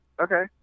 Okay